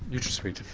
nutrasweet.